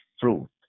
fruit